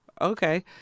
okay